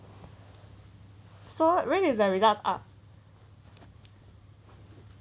so when is their results up